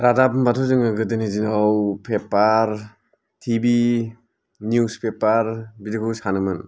रादाब होनबाथ' जोङो गोदोनि दिनाव पेपार टि भि निउसपेपार बिदिखौ सानोमोन